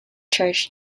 church